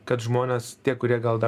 kad žmonės tie kurie gal dar